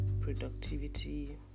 productivity